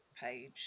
page